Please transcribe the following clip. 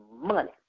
money